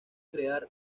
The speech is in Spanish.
crear